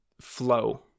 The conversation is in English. flow